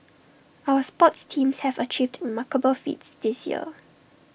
our sports teams have achieved remarkable feats this year